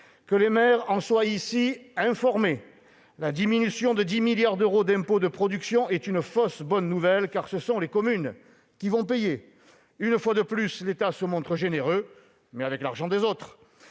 Que les maires en soient ici informés : la diminution de 10 milliards d'euros d'impôts de production est une fausse bonne nouvelle, car ce sont les communes qui vont payer ! Une fois de plus, l'État se montre généreux, mais avec l'argent des autres